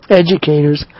educators